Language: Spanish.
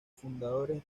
fundadores